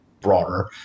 broader